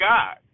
God